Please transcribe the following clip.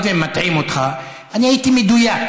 אני הייתי מדויק,